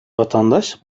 vatandaş